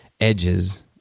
edges